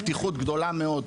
יש לי פתיחות גדולה מאוד,